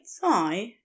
thigh